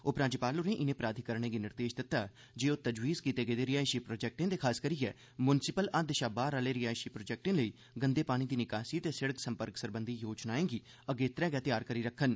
उपराज्यपाल होरें इनें प्राधिकरणें गी निर्देश दित्ता जे ओह् तजवीज़ कीते गेदे रिहायशी प्रोजेक्टें ते खासकरियै मुंसिपल हद्द शा बाह्र आह्ले रिहायशी प्रोजेक्टें लेई गंदे पानी दी निकासी ते सिड़क संपर्क सरबंघी योजनाएं गी अगेत्रे गै तैयार करी रक्खन